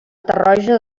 tarroja